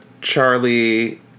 charlie